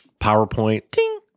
PowerPoint